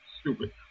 Stupid